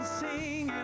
sing